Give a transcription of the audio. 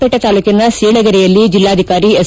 ಹೇಟೆ ತಾಲ್ಲೂಕಿನ ಸೀಳಗೆರೆಯಲ್ಲಿ ಜಿಲ್ಲಾಧಿಕಾರಿ ಎಸ್